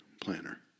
Planner